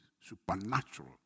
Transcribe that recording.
supernatural